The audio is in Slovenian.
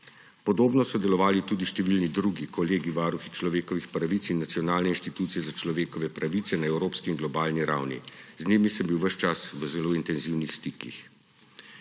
Podobno so delovali tudi številni drugi kolegi varuhi človekovih pravic in nacionalne inštitucije za človekove pravice na evropski in globalni ravni. Z njimi sem bil ves čas v zelo intenzivnih stikih.